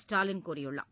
ஸ்டாலின் கூறியுள்ளார்